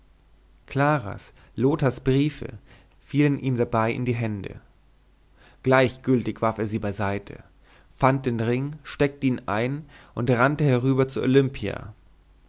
claras lothars briefe fielen ihm dabei in die hände gleichgültig warf er sie beiseite fand den ring steckte ihn ein und rannte herüber zu olimpia